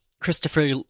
Christopher